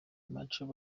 martial